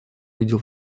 видел